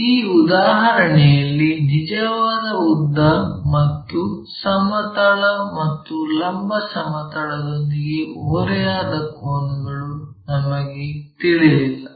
ಈ ಉದಾಹರಣೆಯಲ್ಲಿ ನಿಜವಾದ ಉದ್ದ ಮತ್ತು ಸಮತಲ ಮತ್ತು ಲಂಬ ಸಮತಲದೊಂದಿಗೆ ಓರೆಯಾದ ಕೋನಗಳು ನಮಗೆ ತಿಳಿದಿಲ್ಲ